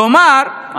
כלומר,